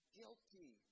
guilty